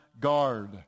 guard